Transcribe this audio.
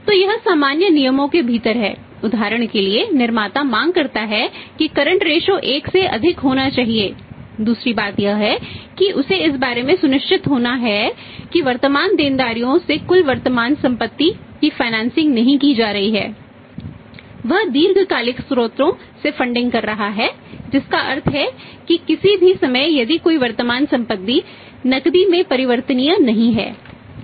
तो यह सामान्य नियमों के भीतर है उदाहरण के लिए निर्माता मांग करता है कि करंट रेशो कर रहा है जिसका अर्थ है कि किसी भी समय यदि कोई वर्तमान संपत्ति नकदी में परिवर्तनीय नहीं है